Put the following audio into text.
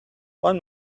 one